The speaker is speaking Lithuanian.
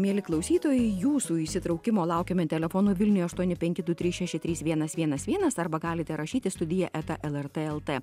mieli klausytojai jūsų įsitraukimo laukiame telefonu vilniuje aštuoni penki du trys šeši trys vienas vienas vienas arba galite rašyti studija eta lrt lt